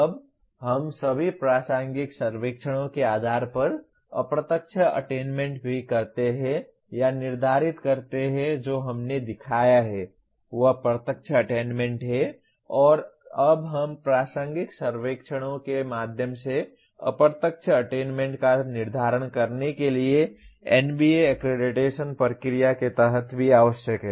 अब हम सभी प्रासंगिक सर्वेक्षणों के आधार पर अप्रत्यक्ष अटेन्मेन्ट भी करते हैं या निर्धारित करते हैं जो हमने दिखाया है वह प्रत्यक्ष अटेन्मेन्ट है और अब हम प्रासंगिक सर्वेक्षणों के माध्यम से अप्रत्यक्ष अटेन्मेन्ट का निर्धारण करने के लिए NBA अक्क्रेडिटशन प्रक्रिया के तहत भी आवश्यक हैं